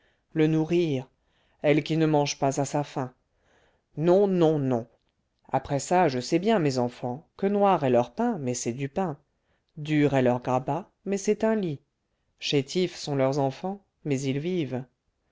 le nourrir elle qui ne mange pas à sa faim non non non après ça je sais bien mes enfants que noir est leur pain mais c'est du pain dur est leur grabat mais c'est un lit chétifs sont leurs enfants mais ils vivent